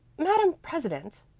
madame president,